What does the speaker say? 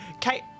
Kate